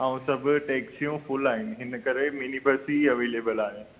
ऐं सभु टेक्सियूं फुल आहिनि हिनकरे मिनी बस ई अवेलिबल आहे